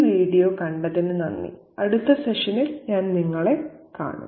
ഈ വീഡിയോ കണ്ടതിന് നന്ദി അടുത്ത സെഷനിൽ ഞാൻ നിങ്ങളെ കാണും